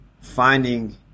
finding